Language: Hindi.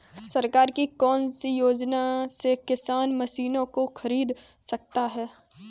सरकार की कौन सी योजना से किसान मशीनों को खरीद सकता है?